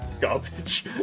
garbage